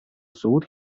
سقوط